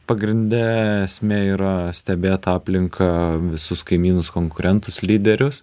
pagrinde esmė yra stebėt aplinką visus kaimynus konkurentus lyderius